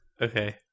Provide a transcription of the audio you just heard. okay